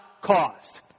caused